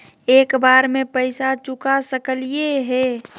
एक बार में पैसा चुका सकालिए है?